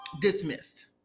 dismissed